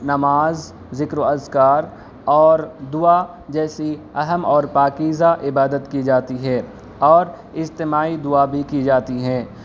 نماز ذكر و اذکار اور دعا جیسی اہم اور پاکیزہ عبادت کی جاتی ہے اور اجتماعی دعا بھی کی جاتی ہے